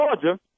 Georgia